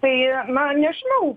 tai na nežinau